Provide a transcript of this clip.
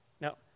Now